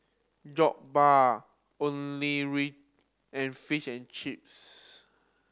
Jokbal Onigiri and Fish and Chips